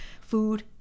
food